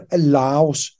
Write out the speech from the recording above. allows